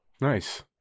Nice